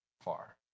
far